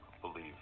believe